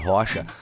Rocha